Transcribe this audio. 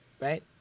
right